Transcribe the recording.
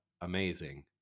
amazing